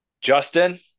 Justin